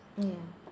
mm ya